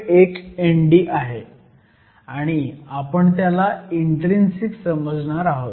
1 Nd आहे आणि आपण त्याला इन्ट्रीन्सिक समजणार आहोत